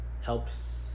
Helps